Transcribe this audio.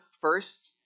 first